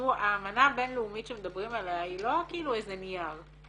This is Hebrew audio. האמנה הבינלאומית שמדברים עליה היא לא איזה נייר.